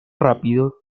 rápido